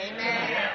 Amen